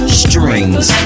strings